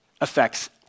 affects